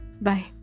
Bye